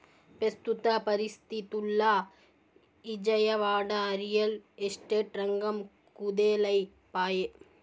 పెస్తుత పరిస్తితుల్ల Vijayawada, real estate రంగం కుదేలై పాయె